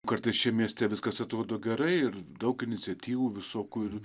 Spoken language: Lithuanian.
kartais čia mieste viskas atrodo gerai ir daug iniciatyvų visokių ir